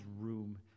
room